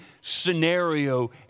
scenario